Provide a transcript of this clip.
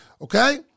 okay